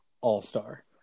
all-star